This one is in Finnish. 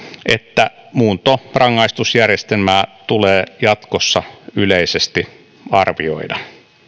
että muuntorangaistusjärjestelmää tulee jatkossa yleisesti arvioida